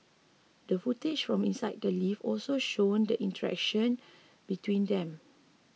the footage from inside the lift also showed the interaction between them